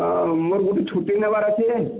ହଁ ମୋର ଗୁଟେ ଛୁଟି ନେବାର୍ ଅଛେ